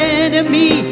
enemy